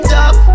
up